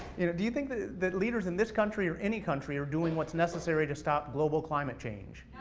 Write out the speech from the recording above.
you know do you think that that leaders in this country, or any country, are doing what's necessary to stop global climate change?